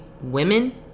women